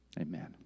Amen